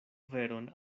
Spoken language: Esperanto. veron